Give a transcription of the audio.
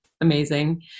amazing